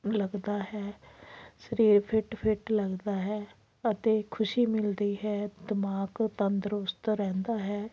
ਲੱਗਦਾ ਹੈ ਸਰੀਰ ਫਿੱਟ ਫਿੱਟ ਲੱਗਦਾ ਹੈ ਅਤੇ ਖੁਸ਼ੀ ਮਿਲਦੀ ਹੈ ਦਿਮਾਗ਼ ਤੰਦਰੁਸਤ ਰਹਿੰਦਾ ਹੈ